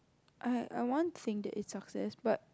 I I want think it's success but